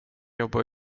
jobba